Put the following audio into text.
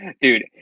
Dude